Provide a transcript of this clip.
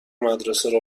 مدرسه